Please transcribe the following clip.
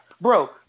bro